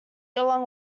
along